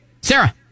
Sarah